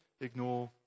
ignore